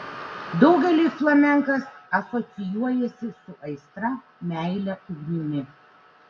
daugeliui flamenkas asocijuojasi su aistra meile ugnimi